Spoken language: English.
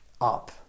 up